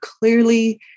clearly